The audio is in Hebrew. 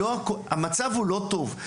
לא הכול, המצב הוא לא טוב.